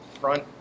front